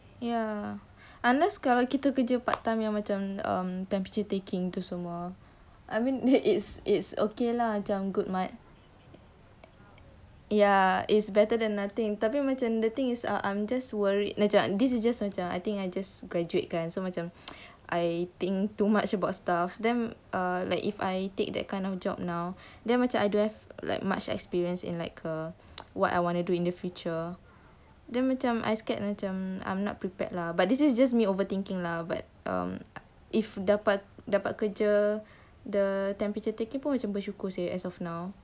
ya unless kalau kita kerja part time yang macam um temperature taking gitu semua I mean it's it's okay lah macam good mo~ ya it's better than nothing tapi macam the thing is ah I'm just worried macam this is just macam just graduate kan so macam I think too much about stuff then um if I take that kind of job now then macam I don't have like much experience in like uh what I want to do in the future dia macam I scared macam I'm not prepared lah but this is just me overthinking lah but um if dapat dapat kerja the temperature taking pun macam bersyukur seh as of now